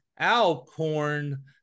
Alcorn